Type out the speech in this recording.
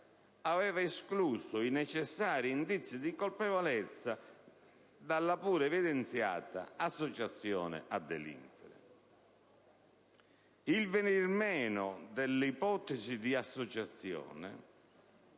aveva escluso i necessari indizi di colpevolezza dalla pur evidenziata associazione a delinquere. Il venir meno dell'ipotesi di associazione